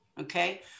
Okay